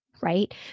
right